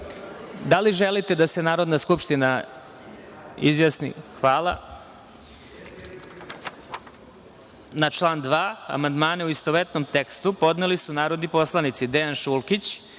li želite da se Narodna skupština izjasni? (Ne.)Hvala. Na član 2. amandmane u istovetnom tekstu podneli su narodni poslanici Dejan Šulkić,